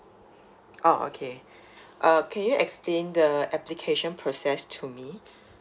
oh okay uh can you explain the application process to me